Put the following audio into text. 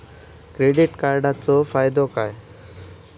Credit कार्डाचो फायदो काय?